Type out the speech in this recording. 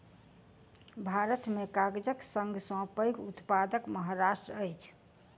भारत में कागजक सब सॅ पैघ उत्पादक महाराष्ट्र अछि